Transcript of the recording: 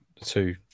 two